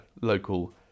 local